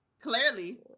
Clearly